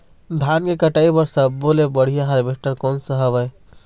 धान के कटाई बर सब्बो ले बढ़िया हारवेस्ट कोन सा हवए?